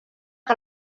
que